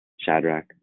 Shadrach